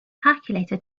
calculator